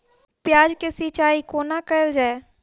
प्याज केँ सिचाई कोना कैल जाए?